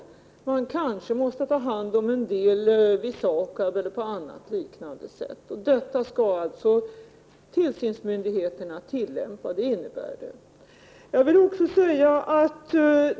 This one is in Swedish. Vissa avfallsprodukter måste kanske tas om hand av SAKAB eller på annat sätt. Det är tillsynsmyndigheterna som skall se till att så sker.